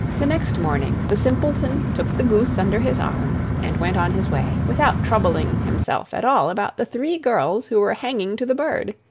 the next morning the simpleton took the goose under his arm and went on his way, without troubling himself at all about the three girls who were hanging to the bird.